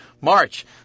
March